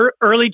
Early